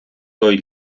той